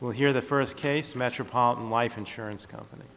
well here the first case metropolitan life insurance company